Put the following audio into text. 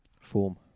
Form